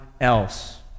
else